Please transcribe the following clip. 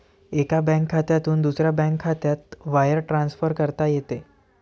एका बँक खात्यातून दुसऱ्या बँक खात्यात वायर ट्रान्सफर करता येते